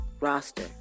roster